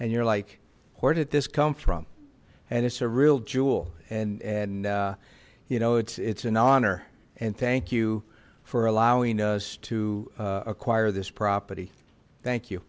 and you're like where did this come from and it's a real jewel and and you know it's it's an honor and thank you for allowing us to acquire this property thank you